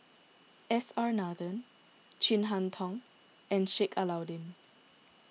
S R Nathan Chin Harn Tong and Sheik Alau'ddin